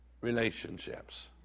relationships